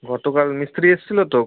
গতকাল মিস্ত্রি এসেছিল তো